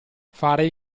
fare